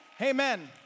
Amen